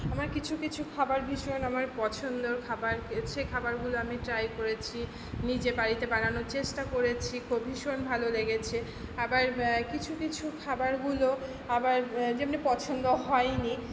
আমার কিছু কিছু খাবার ভীষণ আমার পছন্দর খাবার সে খাবারগুলো আমি ট্রাই করেছি নিজে বাড়িতে বানানোর চেষ্টা করেছি খুব ভীষণ ভালো লেগেছে আবার কিছু কিছু খাবারগুলো আবার যেমনি পছন্দ হয় নি